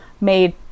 made